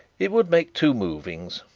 it would make two movings.